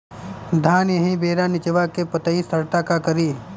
धान एही बेरा निचवा के पतयी सड़ता का करी?